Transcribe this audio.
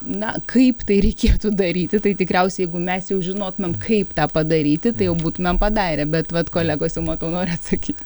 na kaip tai reikėtų daryti tai tikriausiai jeigu mes jau žinotumėm kaip tą padaryti tai jau būtumėm padarę bet vat kolegos jau matau nori atsakyt